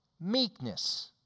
meekness